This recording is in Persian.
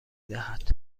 دهد